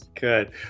Good